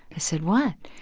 i said, what?